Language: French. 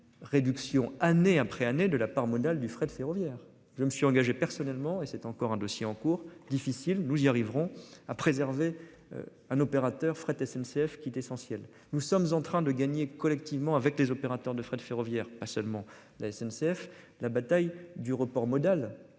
jeune réduction année après année, de la part modale du fret ferroviaire. Je me suis engagé personnellement et c'est encore un dossier en cours difficile nous y arriverons à préserver. Un opérateur fret SNCF qui est essentiel, nous sommes en train de gagner collectivement avec les opérateurs de fret ferroviaire, pas seulement la SNCF la bataille du report modal